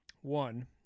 One